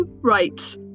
Right